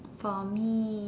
for me